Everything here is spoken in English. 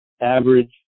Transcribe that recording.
average